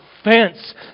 offense